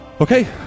Okay